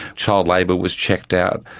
child labour was checked out,